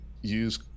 use